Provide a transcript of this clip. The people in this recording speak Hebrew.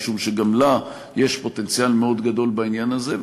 משום שגם לה יש פוטנציאל מאוד גדול בעניין הזה.